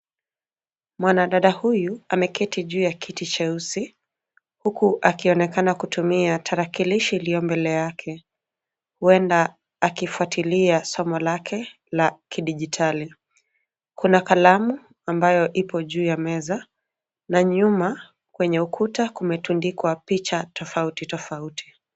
Mwanadada huyu ameketi juu ya kiti cheusi, huku akionekana kutumia tarakilishi iliyo mbele yake, huenda akifuatilia somo lake la kidigitali. Kuna kalamu ipo juu ya meza na nyuma kwenye ukuta kumetundikwa picha tofauti tofauti.